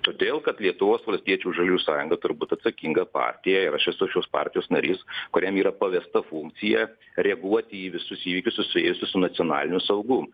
todėl kad lietuvos valstiečių žaliųjų sąjunga turbūt atsakinga partija ir aš esu šios partijos narys kuriam yra pavesta funkcija reaguoti į visus įvykius susijusius su nacionaliniu saugumu